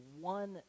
one